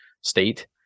state